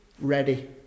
ready